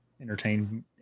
entertain